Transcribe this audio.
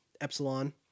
Epsilon